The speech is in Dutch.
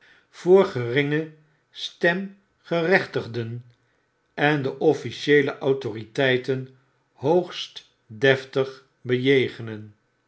voor geringe stemgerechtigden en de officieele autoriteiten hoogst deftig bejegenen